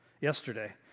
yesterday